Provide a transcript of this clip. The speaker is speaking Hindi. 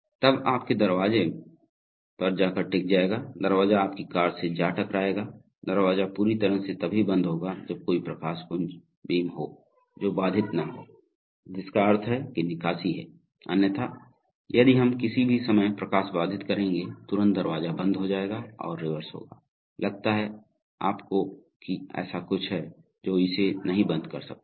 तब आपके दरवाजा पर जाकर टकराएगा दरवाजा आपकी कार से जा टकराएगा दरवाजा पूरी तरह से तभी बंद होगा जब कोई प्रकाश पुंज बीम हो जो बाधित न हो जिसका अर्थ है कि निकासी है अन्यथा यदि हम किसी भी समय प्रकाश बाधित करेंगे तुरंत दरवाजा बंद हो जाएगा और रिवर्स होगा लगता है आपको कि ऐसा कुछ है जो इसे नहीं बंद कर सकता है